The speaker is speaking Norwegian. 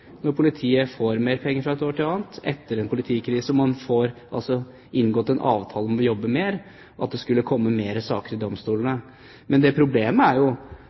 når politiet får mer penger fra et år til et annet etter en politikrise og man får inngått en avtale om å jobbe mer, at det ikke skulle komme mer saker til domstolene. Men problemet er jo